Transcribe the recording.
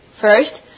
first